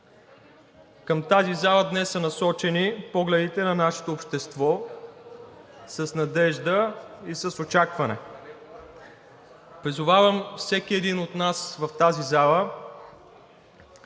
към тази зала днес са насочени погледите на нашето общество с надежда и с очакване. Призовавам всеки един от нас в тази зала